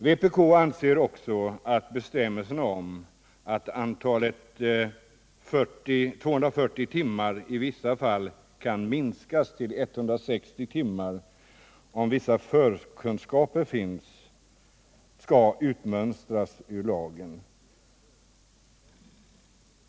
Vpk anser också att bestämmelsen om att timantalet 240 i en del fall kan minskas till 160, om vissa förkunskaper finns, skall utmönstras ur lagen.